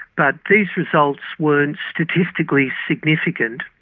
but these results weren't statistically significant,